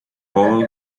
all